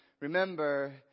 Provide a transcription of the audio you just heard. remember